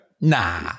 nah